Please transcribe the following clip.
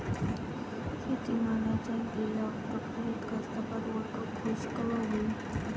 शेती मालाच्या लिलाव प्रक्रियेत कास्तकार वर्ग खूष कवा होईन?